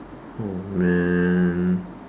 oh man